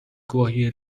گواهی